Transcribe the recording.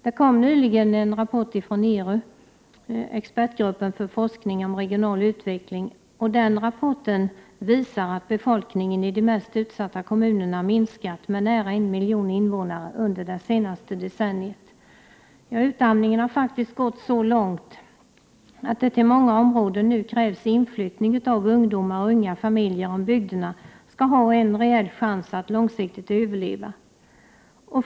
Det kom nyligen en rapport från ERU, expertgruppen för forskning om regional utveckling, som visar att befolkningen i de mest utsatta kommunerna minskat med nära en miljon invånare under det senaste decenniet. Utarmningen har faktiskt gått så långt att det krävs en inflyttning av ungdomar och unga familjer till många områden om bygderna skall ha en reell chans att överleva på lång sikt.